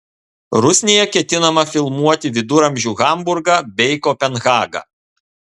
rusnėje ketinama filmuoti viduramžių hamburgą bei kopenhagą